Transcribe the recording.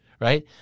right